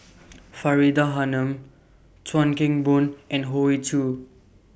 Faridah Hanum Chuan Keng Boon and Hoey Choo